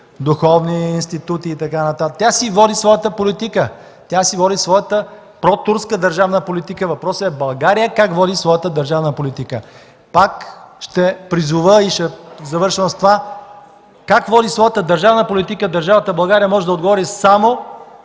държавата България може да отговори само